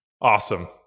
Awesome